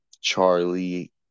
Charlie